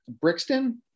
Brixton